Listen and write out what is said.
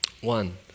One